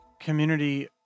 community